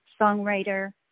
songwriter